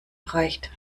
erreicht